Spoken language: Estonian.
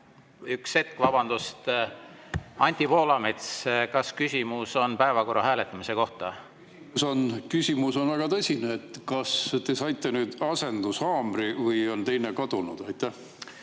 Üks hetk, vabandust! Anti Poolamets, kas küsimus on päevakorra hääletamise kohta? See küsimus on väga tõsine. Kas te saite nüüd asendushaamri või on teine kadunud? See